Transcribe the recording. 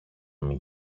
μην